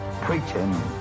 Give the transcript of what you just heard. preaching